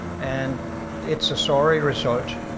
and it's a sorry result.